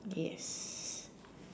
yes